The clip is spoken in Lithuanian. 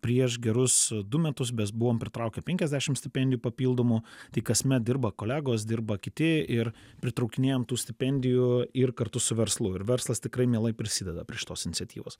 prieš gerus du metus mes buvom pritraukę penkiasdešim stipendijų papildomų tai kasmet dirba kolegos dirba kiti ir pritraukinėjam tų stipendijų ir kartu su verslu ir verslas tikrai mielai prisideda prie šitos iniciatyvos